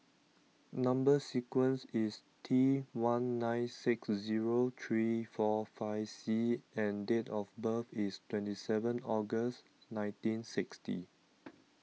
Number Sequence is T one nine six zero three four five C and date of birth is twenty seven August nineteen sixty